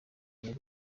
yari